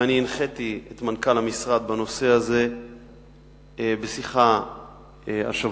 הנחיתי את מנכ"ל המשרד בנושא הזה בשיחה השבוע.